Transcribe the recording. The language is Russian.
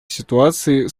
ситуаций